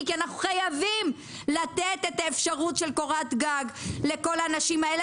כי אנחנו חייבים לתת את האפשרות של קורת גג לכל האנשים האלה,